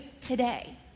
today